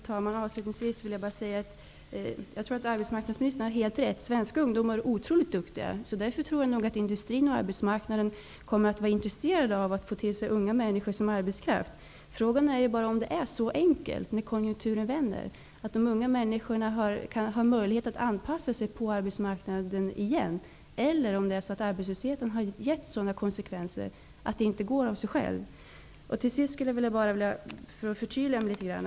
Herr talman! Avslutningsvis vill jag bara säga att jag tror att arbetsmarknadsministern har helt rätt. Svenska ungdomar är otroligt duktiga. Därför tror jag industrin och arbetsmarknaden kommer att vara intresserade av att få till sig unga människor som arbetskraft. Frågan är bara om det är så enkelt, när konjunkturen vänder, för de unga människorna att anpassa sig på arbetsmarknaden igen, eller om arbetslösheten har gett sådana konsekvenser att det inte går av sig självt. Till sist skulle jag vilja förtydliga mig litet grand.